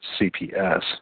CPS